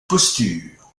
posture